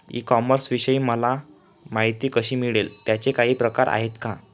E कॉमर्सविषयी मला माहिती कशी मिळेल? त्याचे काही प्रकार आहेत का?